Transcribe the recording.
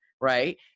Right